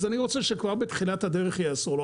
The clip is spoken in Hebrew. אני רוצה שכבר בתחילת הדרך יהיה אסור לו.